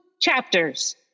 chapters